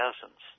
thousands